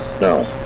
no